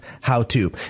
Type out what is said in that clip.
how-to